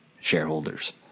shareholders